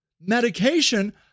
medication